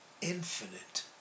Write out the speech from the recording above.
infinite